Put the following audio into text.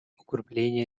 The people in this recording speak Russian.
укрепления